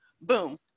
boom